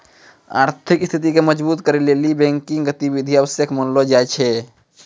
आर्थिक स्थिति के मजबुत करै लेली बैंकिंग गतिविधि आवश्यक मानलो जाय छै